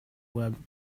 web